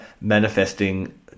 manifesting